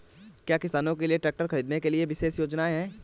क्या किसानों के लिए ट्रैक्टर खरीदने के लिए विशेष योजनाएं हैं?